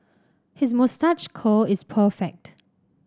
his moustache curl is perfect